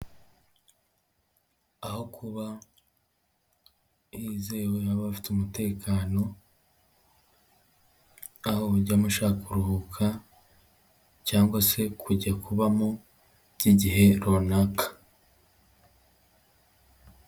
Aho kuba hizewe haba hafite umutekano, aho ujyamo ushaka kuruhuka cyangwa se kujya kubamo igihe runaka.